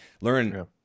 learn